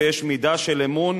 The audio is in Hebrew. ויש מידה של אמון,